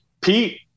Pete